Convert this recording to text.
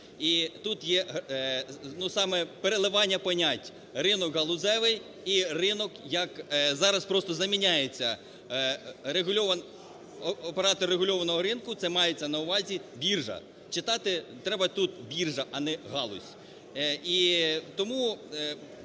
саме переливання понять "ринок галузевий" і ринок як… зараз просто заміняється… Оператор регульованого ринку – це мається на увазі біржа. Читати треба тут "біржа", а не "галузь". І тому